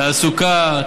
תעסוקה,